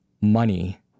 money